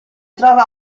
trova